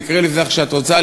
תקראי לזה איך שאת רוצה,